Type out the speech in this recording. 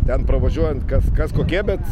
ten pravažiuojant kas kas kokie bet